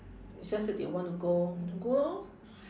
it's just that they want to go go lor